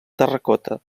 terracota